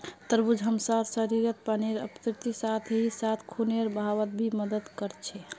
तरबूज हमसार शरीरत पानीर आपूर्तिर साथ ही साथ खूनेर बहावत भी मदद कर छे